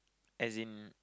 as in